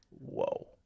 whoa